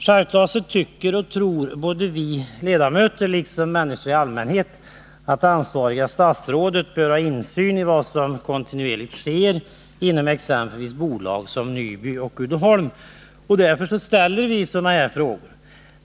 Självfallet tycker och tror både vi ledamöter och människor i allmänhet att det ansvariga statsrådet skall ha insyn i vad som kontinuerligt sker inom bolag som Nyby Uddeholm. Därför ställer vi sådana här frågor.